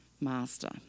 Master